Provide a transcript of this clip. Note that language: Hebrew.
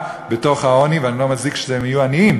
בתוך העוני ואני לא מצדיק שהם יהיו עניים,